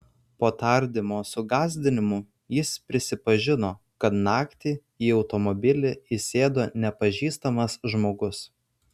po tardymo su gąsdinimų jis prisipažino kad naktį į automobilį įsėdo nepažįstamas žmogus